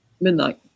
midnight